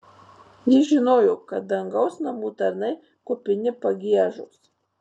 ji žinojo kad dangaus namų tarnai kupini pagiežos